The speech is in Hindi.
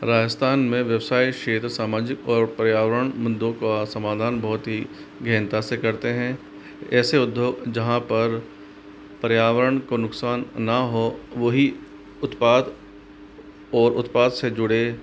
राजस्थान में व्यावसायिक क्षेत्र सामाजिक और पर्यावरण मुद्दों का समाधान बहुत ही गहनता से करते हैं ऐसे उद्योग जहाँ पर पर्यावरण को नुकसान ना हो वही उत्पाद और उत्पाद से जुड़े